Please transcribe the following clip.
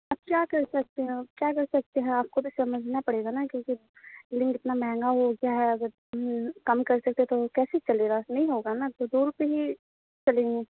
اب کیا کر سکتے ہیں کیا کر سکتے ہیں آپ کو تو سمجھنا پڑے گا نا کیوںکہ لنک اتنا مہنگا ہو گیا ہے اگر کم کر سکتے تو کیسے چلے گا نہیں ہوگا نا تو دو روپے ہی چلیں گے